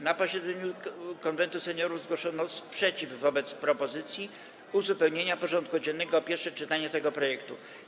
Na posiedzeniu Konwentu Seniorów zgłoszono sprzeciw wobec propozycji uzupełnienia porządku dziennego o pierwsze czytanie tego projektu.